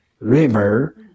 River